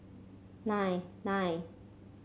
nine nine